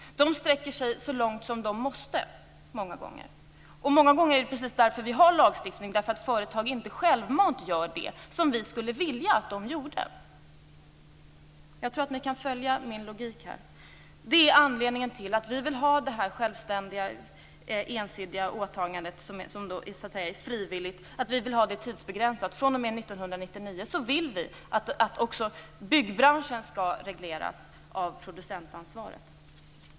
De sträcker sig många gånger så långt som de måste. Många gånger är skälet till att vi har lagstiftning just det faktum att företag inte självmant gör det som vi skulle vilja att de gjorde. Jag tror att ni kan följa min logik här. Det är anledningen till att vi vill att det ensidiga, frivilliga åtagandet skall vara tidsbegränsat. fr.o.m. 1999 vill vi att också byggbranschen skall regleras av producentansvaret.